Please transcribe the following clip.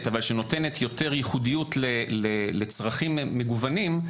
אבל שנותנת יותר ייחודיות לצרכים מגוונים,